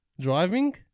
driving